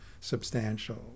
substantial